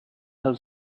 have